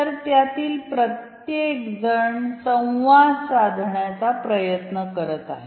तर त्यातील प्रत्येकजण संवाद साधण्याचा प्रयत्न करीत आहेत